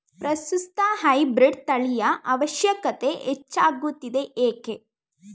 ಪ್ರಸ್ತುತ ಹೈಬ್ರೀಡ್ ತಳಿಯ ಅವಶ್ಯಕತೆ ಹೆಚ್ಚಾಗುತ್ತಿದೆ ಏಕೆ?